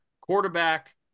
quarterback